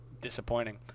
disappointing